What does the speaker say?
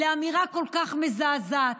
אמירה כל כך מזעזעת,